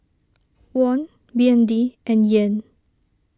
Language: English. Won B N D and Yen